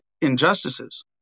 injustices